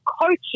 coaching